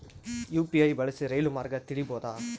UPI ಬಳಸಿ ರೈಲು ಮಾರ್ಗ ತಿಳೇಬೋದ?